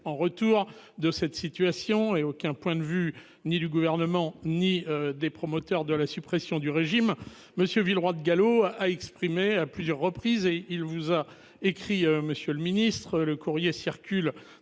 en retour de cette situation et aucun point de vue ni du gouvernement ni des promoteurs de la suppression du régime monsieur Villeroy de Galhau, a exprimé à plusieurs reprises et il vous a écrit. Monsieur le Ministre, le courrier circule